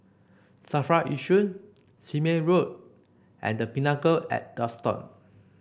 Safra Yishun Sime Road and The Pinnacle at Duxton